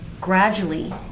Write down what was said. gradually